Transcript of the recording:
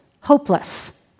hopeless